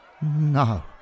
No